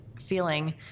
feeling